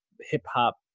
hip-hop